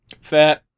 Fair